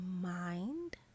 mind